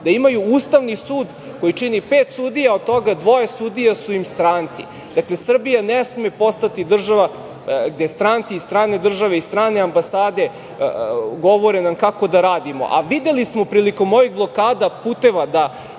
da imaju ustavni sud koji čini pet sudija, od toga dvoje sudija su im stranci. Dakle, Srbija ne sme postati država gde stranci iz strane države, iz strane ambasade govore nam kako da radimo. A videli smo prilikom ovih blokada puteva da